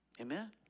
Amen